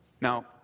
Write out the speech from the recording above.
Now